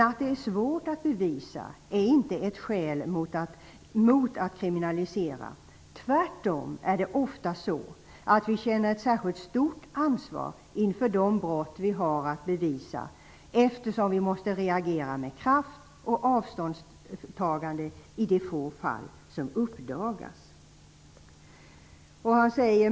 Att det är svårt att bevisa är inte ett skäl mot att kriminalisera. Tvärtom är det ofta så, att vi känner särskilt stort ansvar inför de brott vi har svårt att bevisa, eftersom vi måste reagera med kraft och avståndstagande i de få fall som uppdagas.''